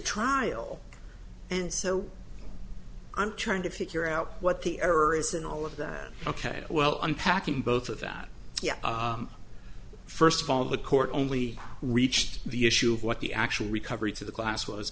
trial and so i'm trying to figure out what the error is and all of that ok well unpacking both of that yes first of all the court only reached the issue of what the actual recovery to the class was